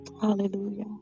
Hallelujah